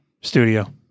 Studio